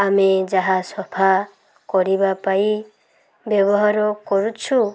ଆମେ ଯାହା ସଫା କରିବା ପାଇଁ ବ୍ୟବହାର କରୁଛୁ